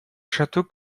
château